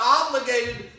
obligated